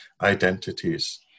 identities